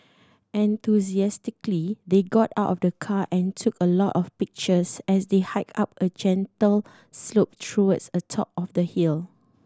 enthusiastically they got out of the car and took a lot of pictures as they hiked up a gentle slope towards the top of the hill